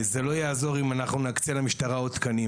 לא יעזור אם נקצה למשטרה עוד תקנים.